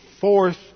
fourth